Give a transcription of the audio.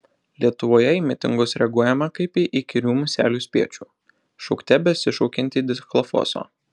lietuvoje į mitingus reaguojama kaip į įkyrių muselių spiečių šaukte besišaukiantį dichlofoso